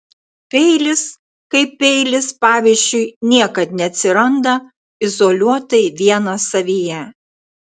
peilis kaip peilis pavyzdžiui niekad neatsiranda izoliuotai vienas savyje